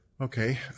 Okay